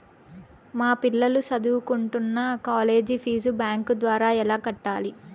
మా పిల్లలు సదువుకుంటున్న కాలేజీ ఫీజు బ్యాంకు ద్వారా ఎలా కట్టాలి?